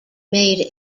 made